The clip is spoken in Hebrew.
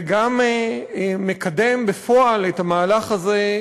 וגם מקדם בפועל את המהלך הזה,